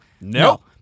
No